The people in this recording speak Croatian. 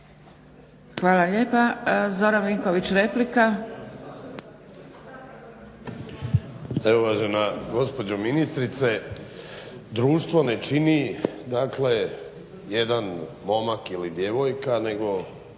Hvala lijepa. Zoran Vinković, replika.